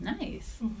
nice